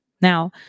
Now